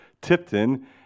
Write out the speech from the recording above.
Tipton